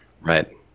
Right